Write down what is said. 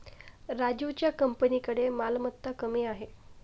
राजीवच्या कंपनीकडे मालमत्ता कमी आहे